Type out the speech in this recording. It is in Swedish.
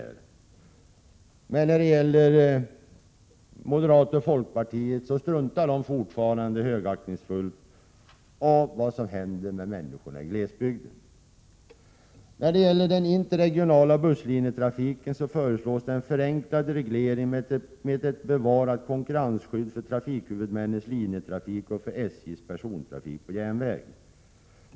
Moderata samlingspartiet och folkpartiet struntar emellertid fortfarande högaktningsfullt i vad som händer med människorna i glesbygden. När det gäller den interregionala busslinjetrafiken föreslås en förenklad reglering med ett bevarande av konkurrensskyddet för trafikhuvudmännens linjetrafik och för SJ:s persontrafik på järnväg.